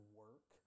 work